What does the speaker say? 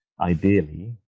ideally